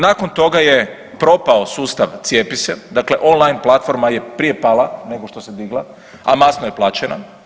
Nakon toga je propao sustav „Cijepi se“, dakle online platforma je prije pala nego što se digla, a masno je plaćena.